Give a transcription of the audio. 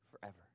forever